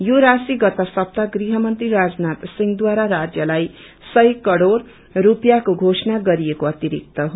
यो राशि गत सप्ताह गृहमन्त्री राजनाथ सिंहद्वारा राज्यलाई सय करोड़ रूपियाँको घोषणा गरिएको अतिरिक्त हो